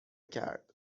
کرد